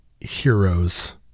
heroes